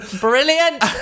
Brilliant